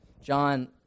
John